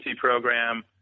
program